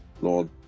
Lord